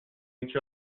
each